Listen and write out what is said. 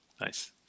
Nice